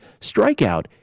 strikeout